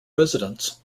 residents